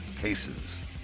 cases